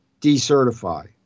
decertify